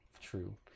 True